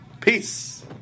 peace